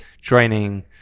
training